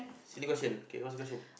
silly question kay what's the question